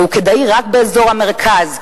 והוא כדאי רק באזור המרכז,